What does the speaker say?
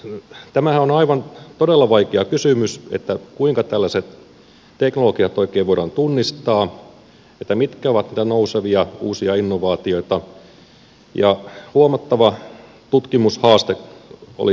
no tämähän on todella vaikea kysymys kuinka tällaiset teknologiat oikein voidaan tunnistaa että mitkä ovat niitä nousevia uusia innovaatioita ja huomattava tutkimushaaste oli kysymyksessä